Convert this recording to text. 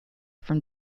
from